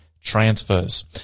transfers